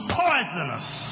poisonous